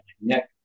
neck